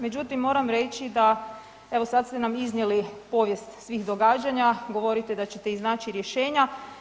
Međutim, moram reći da, evo, sad ste nam iznijeli povijest svih događanja, govorite da ćete iznaći rješenja.